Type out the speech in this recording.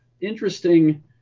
interesting